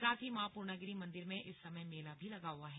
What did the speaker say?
साथ ही मां पूर्णागिरि मंदिर में इस समय मेला भी लगा हुआ है